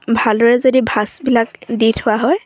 ভালদৰে যদি ভাঁজবিলাক দি থোৱা হয়